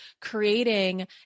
creating